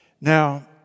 Now